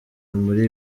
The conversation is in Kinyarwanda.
muri